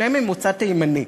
שניהם ממוצא תימני,